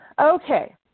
Okay